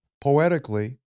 Poetically